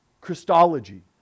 Christology